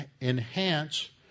enhance